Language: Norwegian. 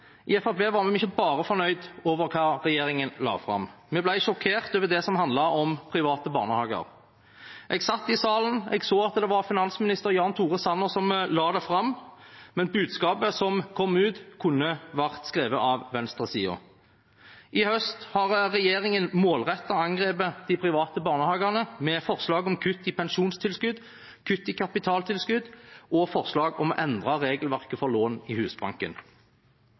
I Fremskrittspartiet var vi ikke bare fornøyd med hva regjeringen la fram. Vi ble sjokkert over det som handlet om private barnehager. Jeg satt i salen, og jeg så at det var finansminister Jan Tore Sanner som la det fram, men budskapet som kom ut, kunne vært skrevet av venstresiden. I høst har regjeringen målrettet angrepet de private barnehagene med forslag om kutt i pensjonstilskudd, kutt i kapitaltilskudd og forslag om å endre regelverket for lån i Husbanken.